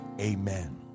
amen